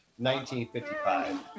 1955